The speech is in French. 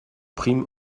prime